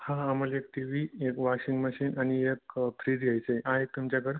हां मले एक टी वी एक वॉशिंग मशीन आणि एक फ्रिज घ्यायचं आहे आहेत तुमच्याकडं